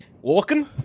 walking